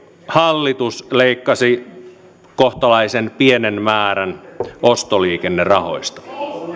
hallitus leikkasi kohtalaisen pienen määrän ostoliikennerahoista